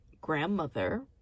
grandmother